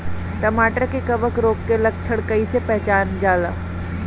टमाटर मे कवक रोग के लक्षण कइसे पहचानल जाला?